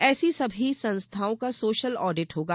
ऐसी सभी संस्थाओं का सोशल ऑडिट होगा